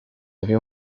había